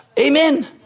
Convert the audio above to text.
Amen